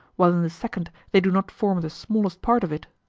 while in the second they do not form the smallest part of it,